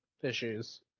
issues